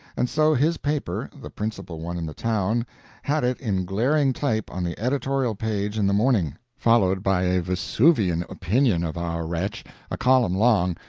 and so his paper the principal one in the town had it in glaring type on the editorial page in the morning, followed by a vesuvian opinion of our wretch a column long,